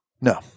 No